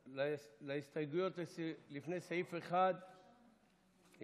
הסתייגויות לפני סעיף 1 נימקנו,